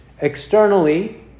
externally